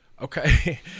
okay